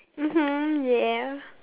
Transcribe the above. mmhmm yeah